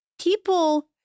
people